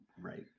right